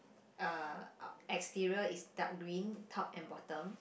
uh exterior is dark green top and bottom